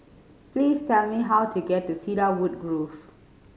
please tell me how to get to Cedarwood Grove